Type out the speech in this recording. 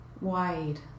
wide